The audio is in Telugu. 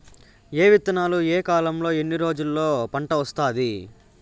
ఏ విత్తనాలు ఏ కాలంలో ఎన్ని రోజుల్లో పంట వస్తాది?